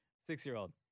Six-year-old